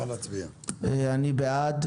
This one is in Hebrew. אני בעד.